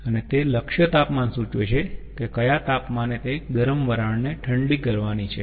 અને તે લક્ષ્ય તાપમાન સૂચવે છે કે કયા તાપમાને તે ગરમ વરાળ ને ઠંડી કરવાની છે